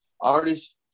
artists